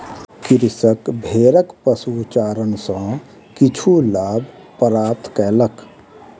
कृषक भेड़क पशुचारण सॅ किछु लाभ प्राप्त कयलक